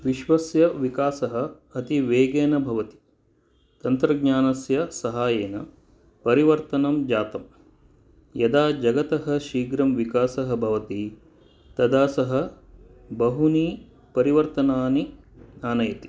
विश्वस्य विकासः अतिवेगेन भवति तन्त्रज्ञानस्य सहाय्येन परिर्वतनं जातम् यदा जगतः शीघ्रं विकासः भवति तदा सः बहुनि परिवर्तनानि आनयति